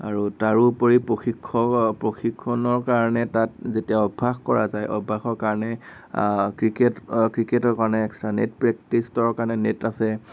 আৰু তাৰোপৰি প্ৰশিক্ষ প্ৰশিক্ষণৰ কাৰণে তাত যেতিয়া অভ্যাস কৰা যায় অভ্যাসৰ কাৰণে ক্ৰিকেট ক্ৰিকেটৰ কাৰণে এক্সট্ৰা নেট প্ৰেক্টিছটৰ কাৰণে নেট আছে